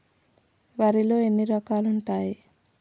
వరిలో ఎన్ని రకాలు ఉంటాయి?